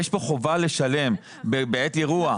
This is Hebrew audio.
יש כאן חובה לשלם בעת אירוע.